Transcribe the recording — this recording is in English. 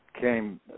came